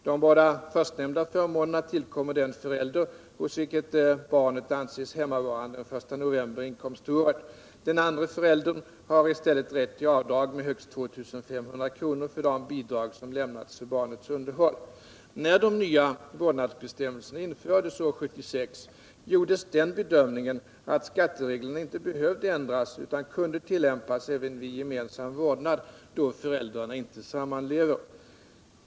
De båda förstnämnda förmånerna tillkommer den förälder hos vilken barnet anses hemmavarande den I november inkomståret. Den andra föräldern har i stället rätt till avdrag med högst 2 500 kr. för de bidrag som lämnats för barnets underhåll. När de nya vårdnadsbestämmelserna infördes år 1976 gjordes den bedömningen att skattereglerna inte behövde ändras utan kunde tillämpas även vid gemensam vårdnad då föräldrarna inte sammanlever.